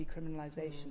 decriminalisation